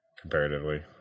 comparatively